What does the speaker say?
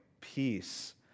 peace